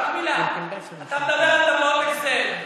רק מילה: אתה מדבר על טבלאות "אקסל".